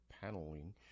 paneling